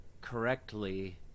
correctly